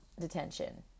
detention